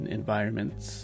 environments